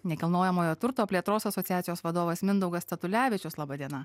nekilnojamojo turto plėtros asociacijos vadovas mindaugas statulevičius laba diena